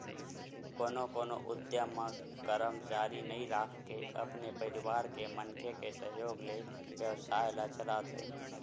कोनो कोनो उद्यम म करमचारी नइ राखके अपने परवार के मनखे के सहयोग ले बेवसाय ल चलाथे